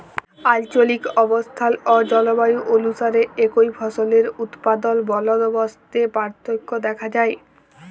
আলচলিক অবস্থাল অ জলবায়ু অলুসারে একই ফসলের উৎপাদল বলদবস্তে পার্থক্য দ্যাখা যায়